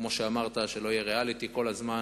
כמו שאמרת, שלא יהיה ריאליטי כל הזמן,